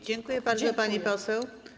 Dziękuję bardzo, pani poseł.